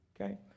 Okay